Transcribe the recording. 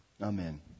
Amen